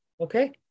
okay